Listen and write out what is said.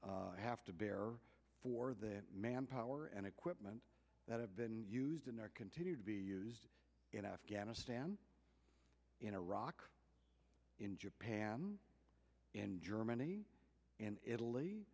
have to bear for the manpower and equipment that have been used in there continue to be used in afghanistan in iraq in japan in germany and italy